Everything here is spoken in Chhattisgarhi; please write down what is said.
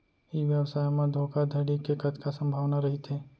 ई व्यवसाय म धोका धड़ी के कतका संभावना रहिथे?